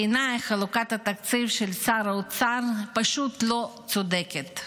בעיניי, חלוקת התקציב של שר האוצר פשוט לא צודקת.